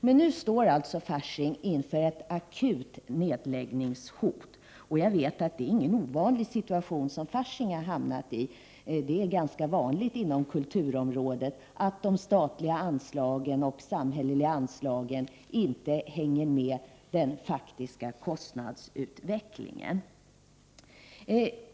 Men nu står alltså Fasching inför ett akut nedläggningshot, och jag vet att det är ingen ovanlig situation som Fasching har hamnat i. Det är ganska vanligt inom kulturområdet att de samhälleliga anslagen inte hänger med den faktiska kostnadsutvecklingen.